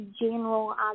general